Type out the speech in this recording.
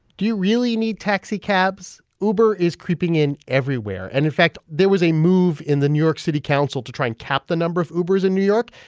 do you really need taxicabs? uber is creeping in everywhere. and in fact, there was a move in the new york city council to try and cap the number of ubers in new york,